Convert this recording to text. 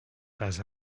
pas